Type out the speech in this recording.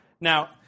Now